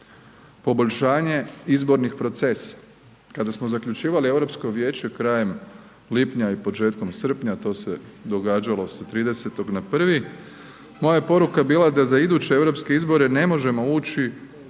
poboljšanje izbornih procesa. Kada smo zaključivali Europsko vijeće krajem lipnja i početkom srpnja to se događalo sa 30.-tog na 1., moja je poruka bila da za iduće europske izore ne možemo ući